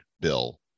Bill